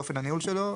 באופן הניהול שלו.